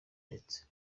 ndetse